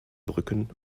brücken